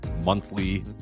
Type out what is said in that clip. monthly